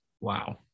Wow